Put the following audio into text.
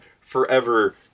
forever